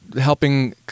helping